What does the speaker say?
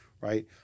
right